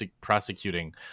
prosecuting